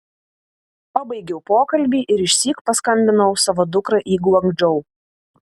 pabaigiau pokalbį ir išsyk paskambinau savo dukrai į guangdžou